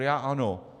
Já ano.